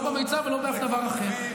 לא במיצ"ב ולא באף דבר אחר.